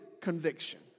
conviction